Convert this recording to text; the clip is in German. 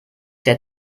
der